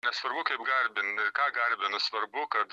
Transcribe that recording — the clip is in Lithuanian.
nesvarbu kaip garbin ką garbinu svarbu kad